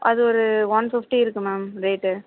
அது ஒரு one fifty இருக்குது மேம் ரேட்டு